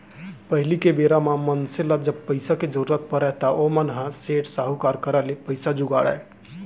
पहिली के बेरा म मनसे मन ल जब पइसा के जरुरत परय त ओमन ह सेठ, साहूकार करा ले पइसा जुगाड़य